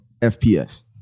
FPS